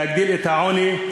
להגדיל את העוני,